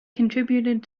contributed